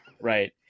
right